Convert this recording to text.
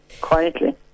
quietly